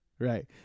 Right